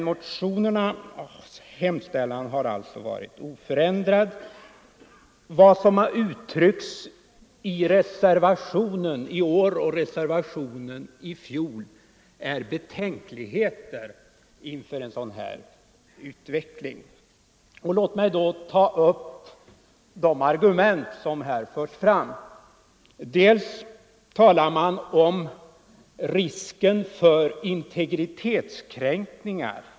Vad som har uttryckts i reservationen i år och reservationen i fjol är betänkligheter inför utvecklingen. Låt mig då ta upp de argument som här förs fram. Man talar om risken för integritetskränkningar.